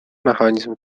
mechanizm